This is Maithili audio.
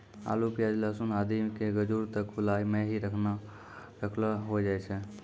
आलू, प्याज, लहसून आदि के गजूर त खुला मॅ हीं रखलो रखलो होय जाय छै